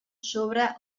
sobre